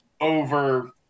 over